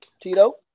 Tito